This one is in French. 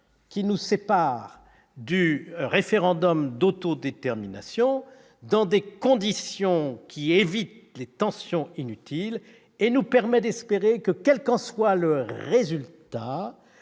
qui nous sépare du référendum d'autodétermination, dans des conditions qui évitent les tensions inutiles. Nous pouvons ainsi espérer que, quel qu'en soit le résultat,